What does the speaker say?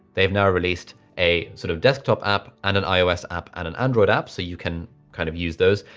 they've now released a sort of desktop app and an ios app and an android app. so you can kind of use those.